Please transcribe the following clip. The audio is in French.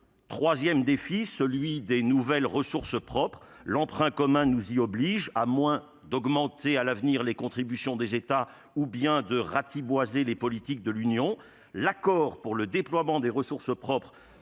troisième défi : la création de nouvelles ressources propres. L'emprunt commun nous y oblige, à moins d'augmenter les contributions des États ou de ratiboiser les politiques de l'Union. L'accord pour le déploiement des ressources propres